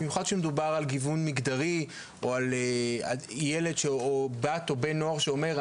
במיוחד כאשר מדובר על גיוון מגדרי או בת או בן נוער שאומר,